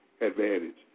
advantage